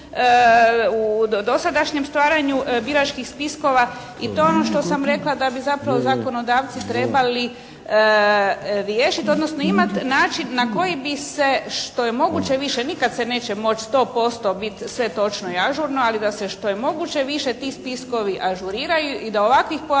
u dosadašnjem stvaranju biračkih spiskova i to je ono što sam rekla da bi zapravo zakonodavci trebali riješiti, odnosno imati način na koji bi se što je moguće više nikad se neće moći sto posto biti sve točno i ažurno, ali da se što je moguće više ti spiskovi ažuriraju i da ovakvih pojava